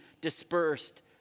dispersed